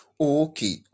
Okay